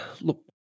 look